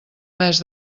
mes